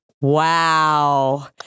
Wow